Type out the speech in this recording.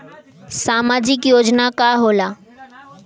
सामाजिक योजना का होला?